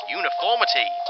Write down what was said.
uniformity